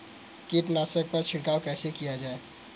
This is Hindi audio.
कीटनाशकों पर छिड़काव कैसे किया जाए?